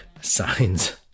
signs